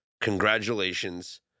Congratulations